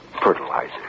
fertilizer